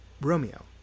Romeo